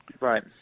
Right